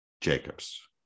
jacobs